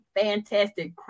fantastic